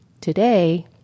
Today